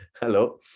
Hello